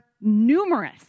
numerous